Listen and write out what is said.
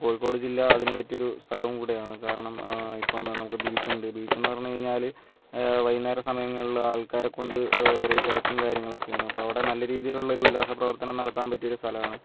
കോഴിക്കോട് ജില്ല അതിന് പറ്റിയ ഒരു സ്ഥലം കൂടെയാണ് കാരണം ഇപ്പം നമുക്ക് ബീച്ചുണ്ട് ബീച്ചെന്ന് പറഞ്ഞു കഴിഞ്ഞാല് വൈകുന്നേര സമയങ്ങളിൽ ആൾക്കാരെ കൊണ്ട് ഒരേ തിരക്കും കാര്യങ്ങളൊക്കെയാണ് അപ്പോൾ അവിടെ നല്ല രീതിയിലുള്ള ഒരു ഉല്ലാസ പ്രവർത്തനം നടത്താൻ പറ്റിയ ഒരു സ്ഥലമാണ്